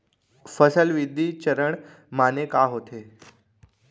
फसल वृद्धि चरण माने का होथे?